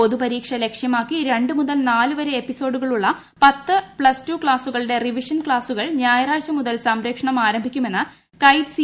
പൊതുപരീക്ഷ ലക്ഷ്യമാക്കി രണ്ട് മുതൽ നാല് വരെ എപ്പിസോഡുകളുള്ള പത്ത് പ്ലസ്ടു ക്ലാസുകളുടെ റിവിഷൻ ക്ലാസുകൾ ഞായറാഴ്ച മുതൽ സംപ്രേഷണം ആരംഭിക്കുമെന്ന് കൈറ്റ് സി